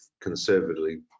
conservatively